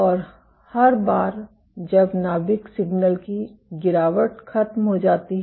और हर बार जब नाभिक सिग्नल की गिरावट खत्म हो जाती है